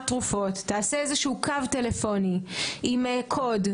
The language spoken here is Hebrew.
תרופות תעשה איזשהו קו טלפוני עם קוד,